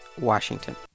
Washington